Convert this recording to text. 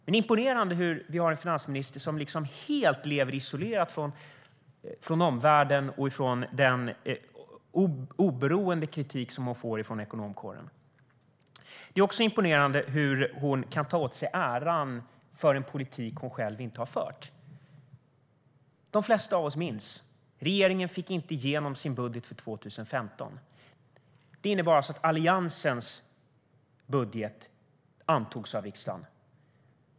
Det är imponerande att vi har en finansminister som lever helt isolerat från omvärlden och från den oberoende kritik som hon får från ekonomkåren. Det är också imponerande hur hon kan ta åt sig äran för en politik hon själv inte har fört. De flesta av oss minns. Regeringen fick inte igenom sin budget för 2015. Det innebar att Alliansens budget antogs av riksdagen.